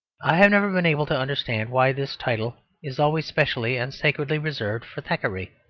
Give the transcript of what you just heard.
i have never been able to understand why this title is always specially and sacredly reserved for thackeray.